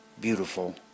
beautiful